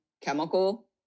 chemical